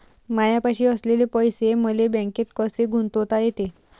मायापाशी असलेले पैसे मले बँकेत कसे गुंतोता येते?